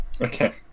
Okay